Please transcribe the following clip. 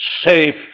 safe